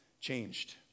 changed